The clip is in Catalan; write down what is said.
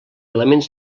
elements